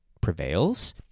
prevails